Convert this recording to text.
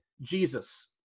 Jesus